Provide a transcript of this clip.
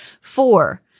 Four